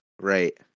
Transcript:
Right